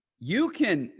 you can,